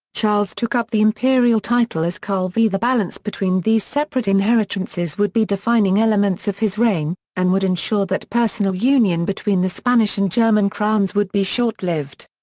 charles took up the imperial title as karl v. the balance between these separate inheritances would be defining elements of his reign, and would ensure that personal union between the spanish and german crowns would be short-lived.